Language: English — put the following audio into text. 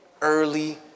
early